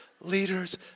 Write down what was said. leader's